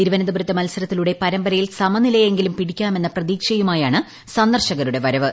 തിരുവനന്തപുരത്തെ മത്സരത്തിലൂടെ പരമ്പരയിൽ സമനിലയെങ്കിലും പിടിക്കാമെന്ന പ്രതീക്ഷയുമായാണ് സന്ദർശകരുടെ വരവ്